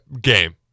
game